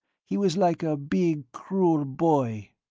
he was like a big, cruel boy.